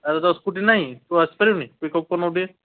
ଆରେ ତୋର ସ୍କୁଟି ନାହିଁ ତୁ ଆସିପାରିବୁନି ପିକ୍ଅପ୍ କରୁନୁ ଟିକେ